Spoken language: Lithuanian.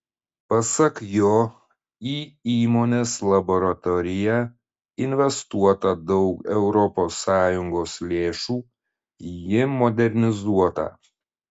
pasak jo į įmonės laboratoriją investuota daug europos sąjungos lėšų ji modernizuota